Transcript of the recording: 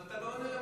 לא.